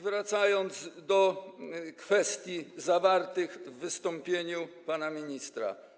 Wrócę do kwestii zawartych w wystąpieniu pana ministra.